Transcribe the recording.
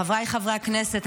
חבריי חברי הכנסת,